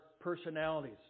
personalities